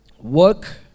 Work